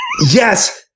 Yes